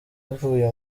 ivuye